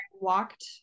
walked